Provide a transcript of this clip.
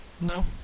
no